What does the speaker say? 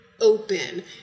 open